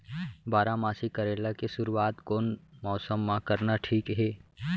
बारामासी करेला के शुरुवात कोन मौसम मा करना ठीक हे?